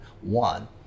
One